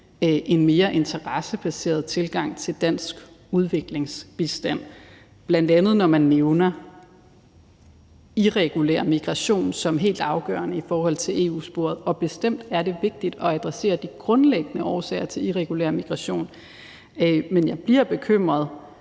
en mere interessebaseret tilgang til dansk udviklingsbistand, bl.a. når man nævner irregulær migration som helt afgørende i forhold til EU-sporet. Og bestemt er det vigtigt at adressere de grundlæggende årsager til irregulær migration, men jeg bliver bekymret,